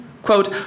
Quote